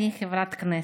אני חברת כנסת.